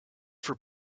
for